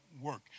work